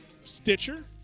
Stitcher